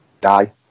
die